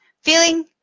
Feeling